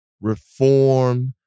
reform